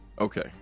Okay